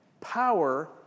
power